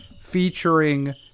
featuring